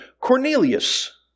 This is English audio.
Cornelius